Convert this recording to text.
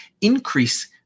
increase